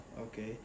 okay